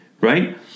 Right